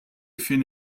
effet